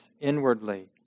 inwardly